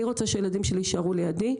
אני רוצה שהילדים שלי יישארו לידי.